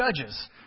judges